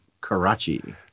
Karachi